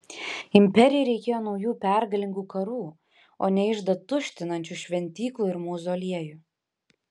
imperijai reikėjo naujų pergalingų karų o ne iždą tuštinančių šventyklų ir mauzoliejų